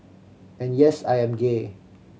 and yes I am gay